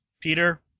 Peter